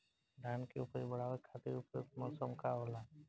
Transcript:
धान के उपज बढ़ावे खातिर उपयुक्त मौसम का होला?